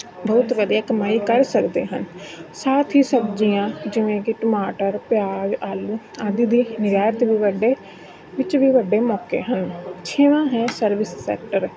ਬਹੁਤ ਵਧੀਆ ਕਮਾਈ ਕਰ ਸਕਦੇ ਹਨ ਸਾਥ ਹੀ ਸਬਜ਼ੀਆਂ ਜਿਵੇਂ ਕਿ ਟਮਾਟਰ ਪਿਆਜ਼ ਆਲੂ ਆਦਿ ਦੀ ਨਿਰਯਾਤ ਵੀ ਵੱਡੇ ਵਿੱਚ ਵੀ ਵੱਡੇ ਮੌਕੇ ਹਨ ਛੇਵਾਂ ਹੈ ਸਰਵਿਸ ਸੈਕਟਰ